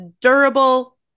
durable